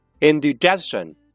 Indigestion